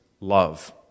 love